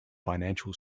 financial